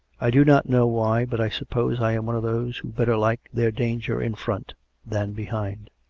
i do not know why, but i suppose i am one of those who better like their danger in front than behind.